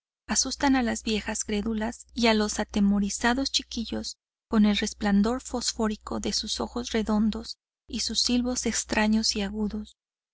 asustan a las viejas crédulas y a los atemorizados chiquillos con el resplandor fosfórico de sus ojos redondos y sus silbos extraños y agudos